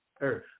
earth